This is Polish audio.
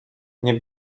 nie